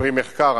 פרי מחקר,